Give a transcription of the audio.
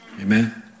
Amen